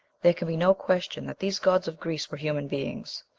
there can be no question that these gods of greece were human beings.